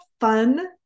fun